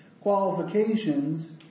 qualifications